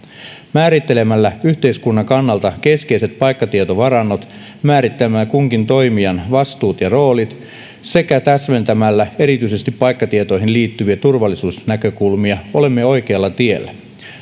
määrittelemällä yhteiskunnan kannalta keskeiset paikkatietovarannot määrittelemällä kunkin toimijan vastuut ja roolit sekä täsmentämällä erityisesti paikkatietoihin liittyviä turvallisuusnäkökulmia olemme oikealla tiellä